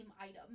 item